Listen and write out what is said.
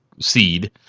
Seed